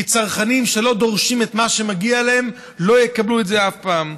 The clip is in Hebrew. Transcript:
כי צרכנים שלא דורשים את מה שמגיע להם לא יקבלו את זה אף פעם.